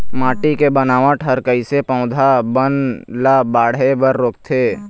माटी के बनावट हर कइसे पौधा बन ला बाढ़े बर रोकथे?